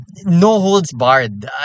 no-holds-barred